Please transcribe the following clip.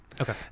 Okay